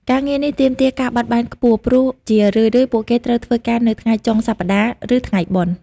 ការងារនេះទាមទារការបត់បែនខ្ពស់ ព្រោះជារឿយៗពួកគេត្រូវធ្វើការនៅថ្ងៃចុងសប្តាហ៍ ឬថ្ងៃបុណ្យ។